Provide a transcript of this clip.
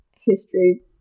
history